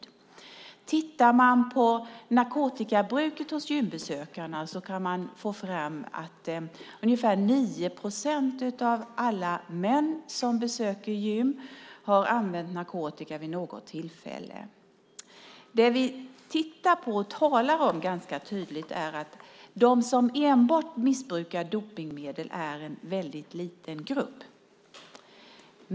Om man tittar på narkotikabruket hos gymbesökarna kan man få fram att ungefär 9 procent av alla män som besöker gym har använt narkotika vid något tillfälle. Det vi tittar på och talar om ganska tydligt är att de som enbart missbrukar dopningsmedel är en väldigt liten grupp.